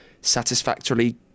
satisfactorily